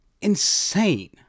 insane